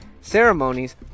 ceremonies